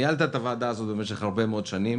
ניהלת את הוועדה הזו במשך הרבה מאוד שנים.